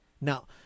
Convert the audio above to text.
Now